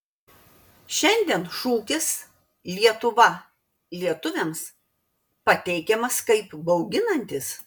šiandien šūkis lietuva lietuviams pateikiamas kaip bauginantis